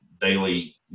daily